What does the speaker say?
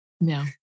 No